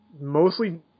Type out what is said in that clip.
mostly